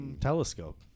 telescope